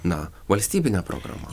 na valstybine programa